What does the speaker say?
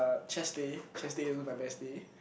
ah chest day chest day also my best day